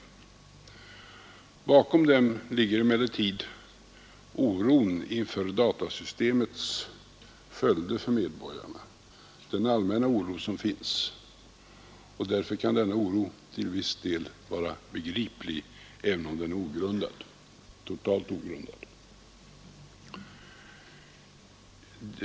Men bakom dem ligger den allmänna oro som finns inför datasystemets följder för medborgarna, en oro som kan vara begriplig även om den i detta fall är totalt ogrundad.